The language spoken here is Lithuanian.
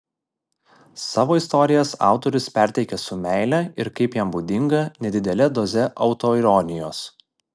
savo istorijas autorius perteikia su meile ir kaip jam būdinga nedidele doze autoironijos